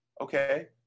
Okay